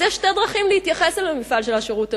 אז יש שתי דרכים להתייחס למפעל של השירות הלאומי,